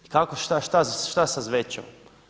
I kako, šta sa Zvečevom?